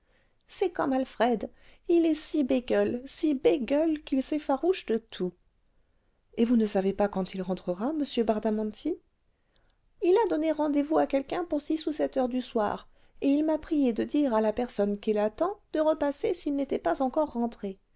c'est comme alfred il est si bégueule si bégueule qu'il s'effarouche de tout et vous ne savez pas quand il rentrera m bradamanti il a donné rendez-vous à quelqu'un pour six ou sept heures du soir et il m'a priée de dire à la personne qu'il attend de repasser s'il n'était pas encore rentré